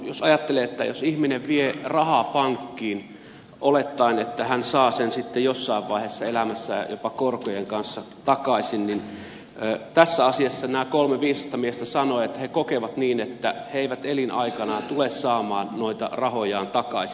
jos ajattelee että jos ihminen vie rahaa pankkiin olettaen että hän saa sen sitten jossain vaiheessa elämässään jopa korkojen kanssa takaisin niin tässä asiassa nämä kolme viisasta miestä sanoivat että he kokevat niin että he eivät elinaikanaan tule saamaan noita rahojaan takaisin